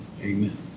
amen